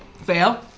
Fail